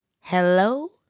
hello